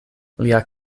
lia